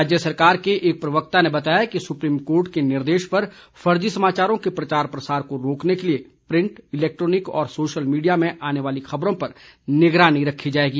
राज्य सरकार के एक प्रवक्ता ने बताया कि सुप्रीम कोर्ट के निर्देश पर फर्जी समाचारों के प्रचार प्रसार को रोकने के लिए प्रिंट इलैक्ट्रोनिक और सोशल मीडिया में आने वाली खबरों पर निगरानी रखी जाएगी